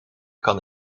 kan